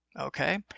Okay